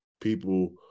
people